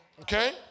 Okay